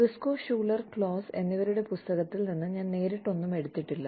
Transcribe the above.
Briscoe Schuler Klaus എന്നിവരുടെ പുസ്തകത്തിൽ നിന്ന് ഞാൻ നേരിട്ട് ഒന്നും എടുത്തിട്ടില്ല